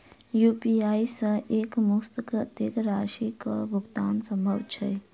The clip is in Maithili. यु.पी.आई सऽ एक मुस्त कत्तेक राशि कऽ भुगतान सम्भव छई?